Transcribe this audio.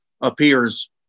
appears